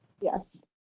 Yes